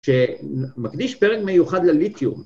שמקדיש פרק מיוחד לליתיום.